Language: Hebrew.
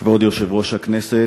כבוד יושב-ראש הכנסת,